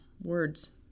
words